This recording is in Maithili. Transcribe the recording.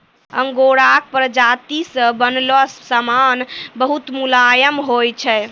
आंगोराक प्राजाती से बनलो समान बहुत मुलायम होय छै